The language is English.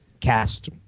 cast